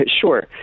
Sure